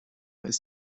ist